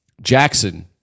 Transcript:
Jackson